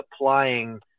applying